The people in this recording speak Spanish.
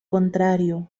contrario